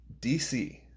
DC